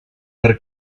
per